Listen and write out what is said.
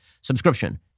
subscription